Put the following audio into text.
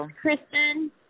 Kristen